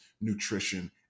nutrition